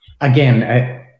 again